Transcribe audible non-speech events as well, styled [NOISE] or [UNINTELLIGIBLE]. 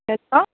[UNINTELLIGIBLE]